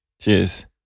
Cheers